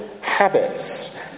habits